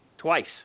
Twice